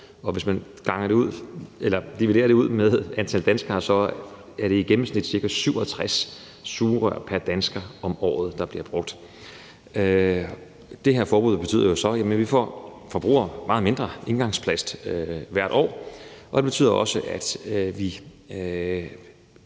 Hvis man dividerer det med antallet af danskere, er det i gennemsnit ca. 67 sugerør pr. dansker om året, der bliver brugt. Det her forbud betyder så, at vi forbruger meget mindre engangsplast hvert år. Og det betyder også, at vi